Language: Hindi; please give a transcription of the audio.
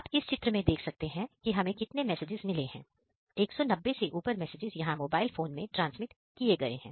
आप इस चित्र में देख सकते हैं के हमें कितने मैसेजेस मिले हैं 190 से ऊपर मैसेजेस यहां मोबाइल फोन में ट्रांसमीट किए गए हैं